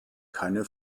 keine